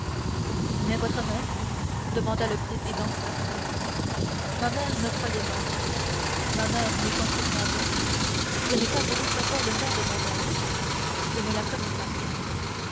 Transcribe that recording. mais votre mère demanda le président ma mère me croyait mort ma mère n'est point coupable je n'ai pas voulu savoir le nom de ma mère je ne la connais pas